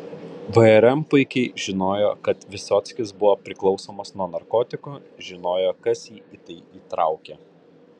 vrm puikiai žinojo kad vysockis buvo priklausomas nuo narkotikų žinojo kas jį į tai įtraukė